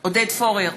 עודד פורר,